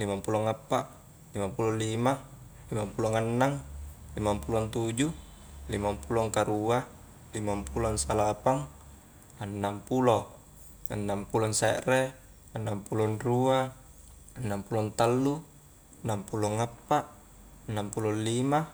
limang pulo appa, limang pulo lima, limang pulo annang, limang pulo tuju, limang pulo karua, limang pulo salapang, annang pulo, annang pulo se're, annang pulo rua annang pulo tallu, annang pulo appa, annang pulo lima